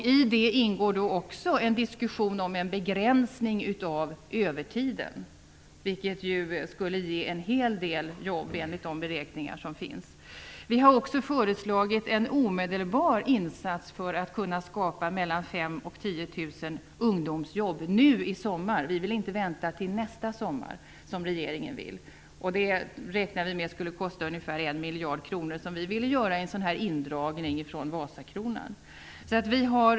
I det ingår också en diskussion om en begränsning av övertiden, vilket skulle ge en hel del jobb enligt de beräkningar som finns. Vi har också föreslagit en omedelbar insats för att kunna skapa 5 000-10 000 ungdomsjobb redan nu i sommar. Vi vill inte vänta till nästa sommar, som regeringen vill. Det räknar vi med skulle kosta ungefär 1 miljard kronor, som vi vill dra in från Vasakronan.